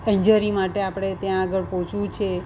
injury માટે આપણે ત્યાં આગળ પહોંચવું છે